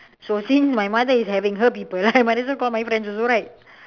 so since my mother is having her people I might as well call my friends also right